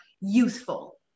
youthful